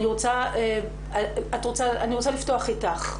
אני רוצה לפתוח אתך.